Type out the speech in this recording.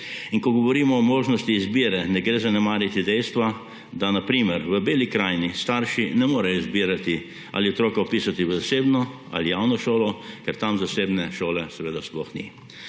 In ko govorimo o možnosti izbire, ne gre zanemariti dejstva, da na primer v Beli krajini starši ne morejo izbirati, ali otroka vpisati v zasebno ali javno šolo, ker tam zasebne šole seveda sploh ni.